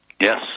Yes